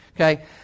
Okay